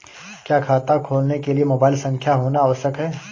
क्या खाता खोलने के लिए मोबाइल संख्या होना आवश्यक है?